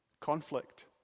Conflict